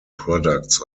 products